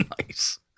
Nice